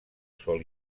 sol